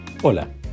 Hola